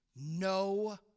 No